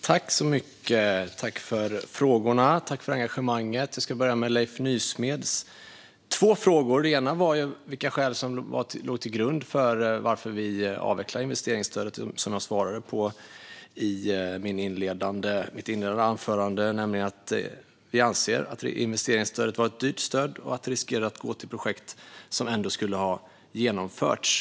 Fru talman! Jag tackar för frågorna och engagemanget. Jag börjar med Leif Nysmeds två frågor. Den ena frågan gällde vilka skäl som låg till grund för att vi avvecklade investeringsstödet. Jag svarade på detta i mitt inledande anförande. Vi anser att investeringsstödet var ett dyrt stöd och att det riskerade att gå till projekt som ändå skulle ha genomförts.